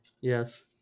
Yes